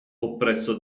oppresso